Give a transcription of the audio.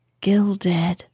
gilded